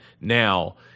now